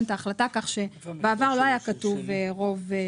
את ההחלטה כך שבעבר לא היה כתוב רוב.